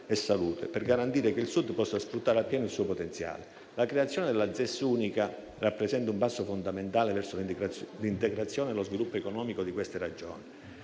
e salute, per garantire che il Sud possa sfruttare appieno il suo potenziale. La creazione della zona economica speciale (ZES) unica rappresenta un passo fondamentale verso l'integrazione e lo sviluppo economico di quelle Regioni.